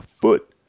foot